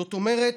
זאת אומרת,